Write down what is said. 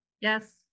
Yes